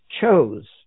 chose